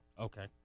Okay